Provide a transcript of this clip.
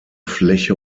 fläche